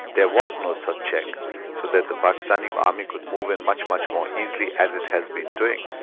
there was no such check so that the pakistani army could move in much, much more easily as it has been doing,